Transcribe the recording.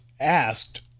asked